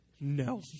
no